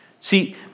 See